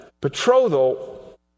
betrothal